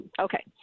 okay